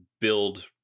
build